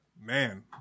Man